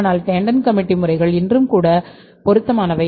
ஆனால் டாண்டன் கமிட்டி முறைகள் இன்றும் கூட பொருத்தமானவை